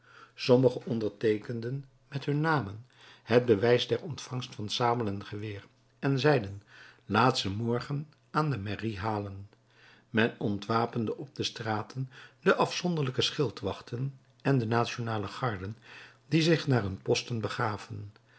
sommigen onderteekenden met hun namen het bewijs der ontvangst van sabel en geweer en zeiden laat ze morgen aan de mairie halen men ontwapende op de straten de afzonderlijke schildwachten en de nationale garden die zich naar hun posten begaven